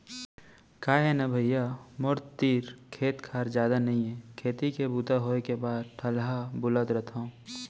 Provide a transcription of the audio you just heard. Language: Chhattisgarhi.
का हे न भइया मोर तीर खेत खार जादा नइये खेती के बूता होय के बाद ठलहा बुलत रथव